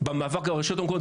במאבק לרשויות המקומיות,